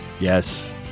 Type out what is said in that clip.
Yes